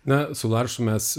na su laršu mes